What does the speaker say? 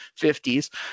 50s